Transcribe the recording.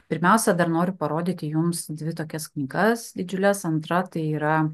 pirmiausia dar noriu parodyti jums dvi tokias knygas didžiules antra tai yra